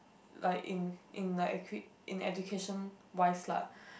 like in in like e~ in education wise lah